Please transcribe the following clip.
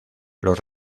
los